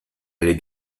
allait